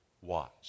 Watch